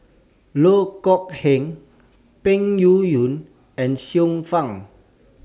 Loh Kok Heng Peng Yuyun and Xiu Fang